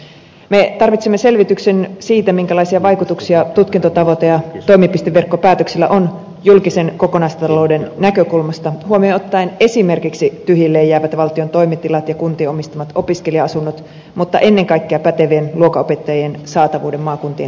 me tarvitsemme selvityksen siitä minkälaisia vaikutuksia tutkintotavoite ja toimipisteverkkopäätöksillä on julkisen kokonaistalouden näkökulmasta huomioon ottaen esimerkiksi tyhjilleen jäävät valtion toimitilat ja kuntien omistamat opiskelija asunnot mutta ennen kaikkea pätevien luokanopettajien saatavuus maakuntien suomessa